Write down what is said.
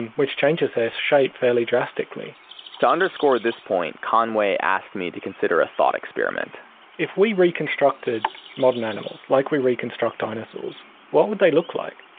and which changes their shape fairly drastically to underscore this point, conway asked me to consider a thought experiment if we reconstructed modern animals like we reconstruct dinosaurs, what would they look like?